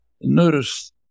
Notice